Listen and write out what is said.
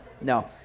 no